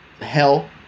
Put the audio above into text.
hell